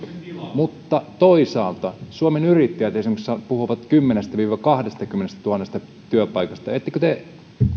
mutta toisaalta suomen yrittäjät esimerkiksi puhuvat kymmenestätuhannesta viiva kahdestakymmenestätuhannesta työpaikasta ettekö te